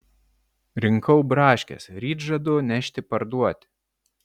rinkau braškes ryt žadu nešti parduoti